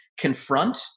confront